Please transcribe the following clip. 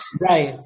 right